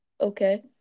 Okay